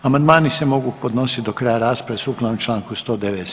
Amandmani se mogu podnositi do kraja rasprave sukladno članku 197.